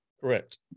Correct